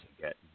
get